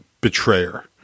betrayer